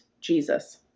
Jesus